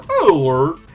alert